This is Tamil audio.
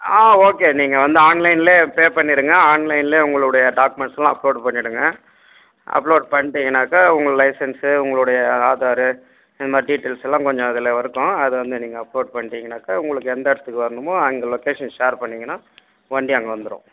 ஆ ஓகே நீங்கள் வந்து ஆன்லைன்லேயே பே பண்ணிவிடுங்க ஆன்லைன்லேயே உங்களுடைய டாக்குமென்ட்ஸ்லாம் அப்லோட் பண்ணிவிடுங்க அப்லோட் பண்ணிட்டிங்கன்னாக்க உங்கள் லைசென்ஸ் உங்களுடைய ஆதாரு இது மாதிரி டீட்டைல்ஸ்லாம் கொஞ்சம் அதில் இருக்கும் அது வந்து நீங்கள் அப்லோட் பண்ணிட்டிங்கன்னாக்க உங்களுக்கு எந்த இடத்துக்கு வரணுமோ அங்கே லொக்கேஷன் ஷேர் பண்ணிங்கன்னா வண்டி அங்கே வந்துரும்